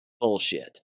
Bullshit